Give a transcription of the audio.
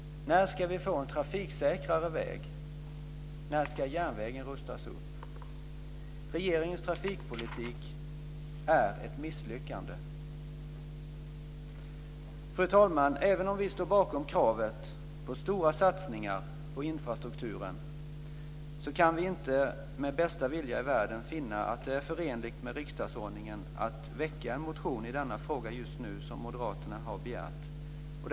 När ska vi få en trafiksäkrare väg? När ska järnvägen rustas upp? Fru talman! Även om vi står bakom kravet på stora satsningar på infrastrukturen kan vi inte med bästa vilja i världen finna att det är förenligt med riksdagsordningen att väcka en motion i denna fråga just nu, som moderaterna har begärt att få göra.